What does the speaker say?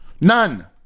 none